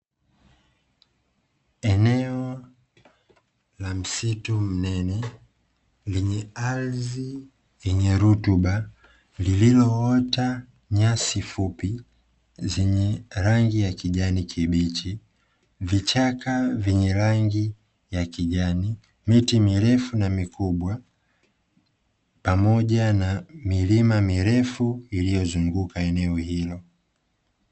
Eneo la msitu mnene lenye ardhi yenye rutuba, lililoota nyasi fupi zenye rangi ya kijani kibichi, vichaka vyenye rangi ya kijani, miti mirefu na mikubwa pamoja na milima mirefu iliyozunguka eneo hilo.